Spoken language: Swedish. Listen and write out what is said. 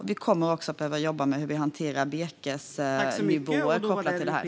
Man kommer också att behöva jobba med hur man hanterar virkesnivåer kopplat till detta.